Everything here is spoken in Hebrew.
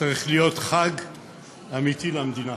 צריכה להיות חג אמיתי למדינה.